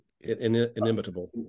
inimitable